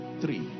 three